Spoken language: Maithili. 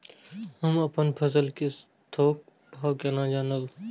हम अपन फसल कै थौक भाव केना जानब?